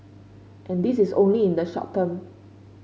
and this is only in the short term